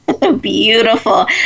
Beautiful